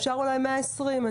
אפשר אולי 120 ימים.